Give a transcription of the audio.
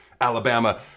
alabama